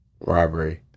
robbery